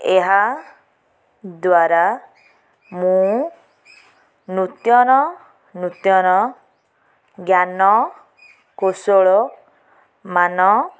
ଏହାଦ୍ଵାରା ମୁଁ ନୂତନ ନୂତନ ଜ୍ଞାନ କୌଶଳ ମାନ